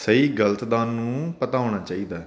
ਸਹੀ ਗਲਤ ਦਾ ਉਹਨੂੰ ਪਤਾ ਹੋਣਾ ਚਾਹੀਦਾ